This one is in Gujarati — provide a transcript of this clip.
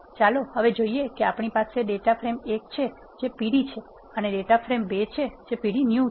ચાલો હવે જોઇએ કે આપણી પાસે ડેટા ફ્રેમ ૧ છે જે pd છે અને ડેટા ફ્રેમ ૨ છે જે pd new છે